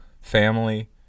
family